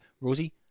Rosie